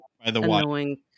annoying